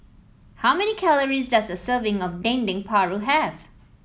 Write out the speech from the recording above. how many calories does a serving of Dendeng Paru have